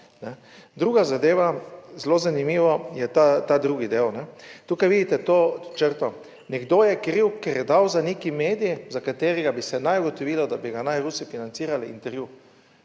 Druga zadeva, zelo zanimivo je ta drugi del. Tukaj vidite to črto. Nekdo je kriv, ker je dal za nek medij, za katerega bi se naj ugotovilo, da bi ga naj Rusi financirali, intervju.